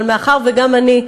אבל מאחר שגם אני,